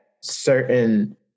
certain